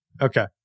Okay